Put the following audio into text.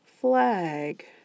flag